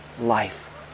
life